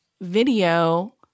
video